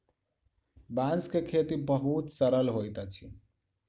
बांस के खेती बहुत सरल होइत अछि